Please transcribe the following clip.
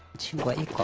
to walk